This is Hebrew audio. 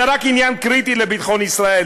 זה רק עניין קריטי לביטחון ישראל,